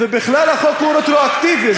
ובכלל החוק הוא רטרואקטיבי,